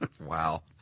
Wow